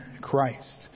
Christ